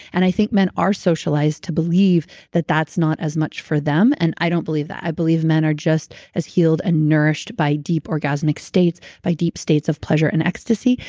and i think men are socialized to believe that that's not as much for them and i don't believe that. i believe men are just as healed and nourished by deep orgasmic states, by deep states of pleasure and ecstasy.